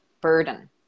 burden